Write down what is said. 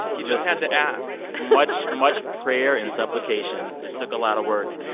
he just had to ask much much prayer and supplication. it took a lot of work.